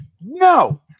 No